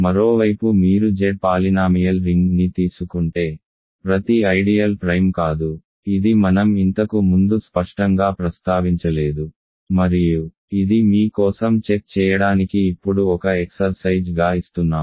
మరోవైపు మీరు Z polynomial రింగ్ని తీసుకుంటే ప్రతి ఐడియల్ ప్రైమ్ కాదు ఇది మనం ఇంతకు ముందు స్పష్టంగా ప్రస్తావించలేదు మరియు ఇది మీ కోసం చెక్ చేయడానికి ఇప్పుడు ఒక ఎక్సర్సైజ్ గా ఇస్తున్నాము